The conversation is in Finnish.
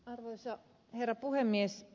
arvoisa herra puhemies